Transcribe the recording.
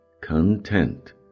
content